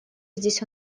здесь